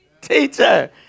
teacher